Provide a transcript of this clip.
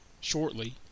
shortly